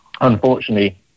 unfortunately